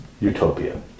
utopia